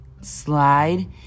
slide